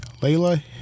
Layla